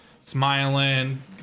Smiling